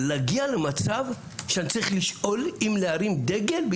להגיע למצב שאני צריך לשאול אם להרים דגל,